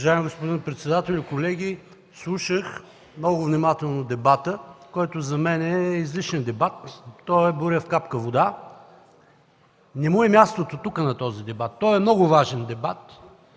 Уважаеми господин председател, колеги! Слушах много внимателно дебата, който за мен е излишен дебат. Той е буря в капка вода. Не му е мястото тук на този дебат. Той е много важен дебат,